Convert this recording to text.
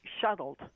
shuttled